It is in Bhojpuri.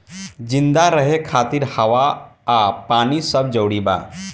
जिंदा रहे खातिर हवा आ पानी सब जरूरी बा